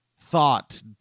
thought